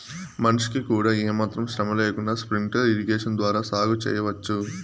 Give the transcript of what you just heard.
మనిషికి కూడా ఏమాత్రం శ్రమ లేకుండా స్ప్రింక్లర్ ఇరిగేషన్ ద్వారా సాగు చేయవచ్చు